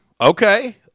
okay